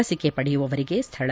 ಲಸಿಕೆ ಪಡೆಯುವವರಿಗೆ ಸ್ಥಳ